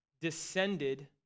descended